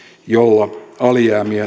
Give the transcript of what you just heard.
miten alijäämiä